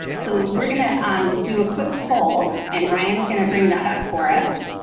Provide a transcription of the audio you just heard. so we're going to um do a quick poll, and ryan's going to bring that up for us.